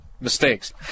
mistakes